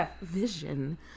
vision